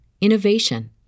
innovation